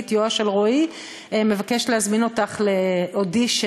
יואש אלרואי מבקש להזמין אותך לאודישן.